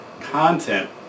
content